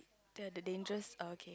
ya the dangerous err okay